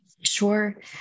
Sure